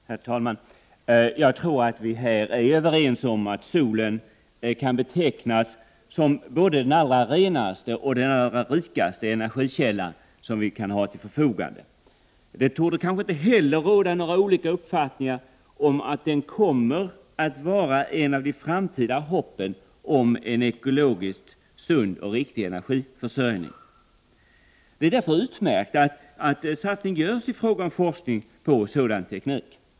Herr talman! Jag tror att vi är överens om att solen kan betecknas som både den allra renaste och den allra rikaste energikälla som vi kan ha till förfogande. Det torde inte heller råda några olika uppfattningar om att den kommer att vara ett av framtidshoppen vid en ekologiskt sund och riktig energiförsörjning. Det är därför alldeles utmärkt att man satsar på forskning om sådan teknik.